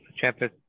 Chapter